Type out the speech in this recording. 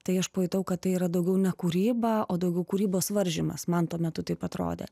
tai aš pajutau kad tai yra daugiau ne kūryba o daugiau kūrybos varžymas man tuo metu taip atrodė